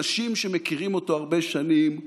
אנשים שמכירים אותו הרבה שנים,